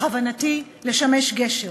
בכוונתי לשמש גשר,